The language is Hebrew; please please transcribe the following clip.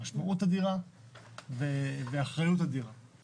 המשמעות אדירה והאחריות אדירה.